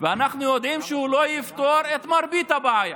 ואנחנו יודעים שהוא לא יפתור את מרבית הבעיה.